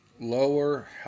lower